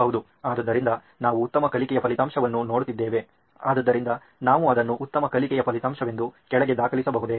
ಆದ್ದರಿಂದ ನಾವು ಉತ್ತಮ ಕಲಿಕೆಯ ಫಲಿತಾಂಶವನ್ನು ನೋಡುತ್ತಿದ್ದೇವೆ ಆದ್ದರಿಂದ ನಾವು ಅದನ್ನು ಉತ್ತಮ ಕಲಿಕೆಯ ಫಲಿತಾಂಶವೆಂದು ಕೆಳಗೆ ದಾಖಲಿಸಬಹುದೇ